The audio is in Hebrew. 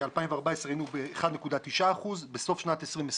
ב-2014 היינו ב-1.9 אחוז בסוף שנת 2020